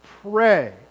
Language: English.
Pray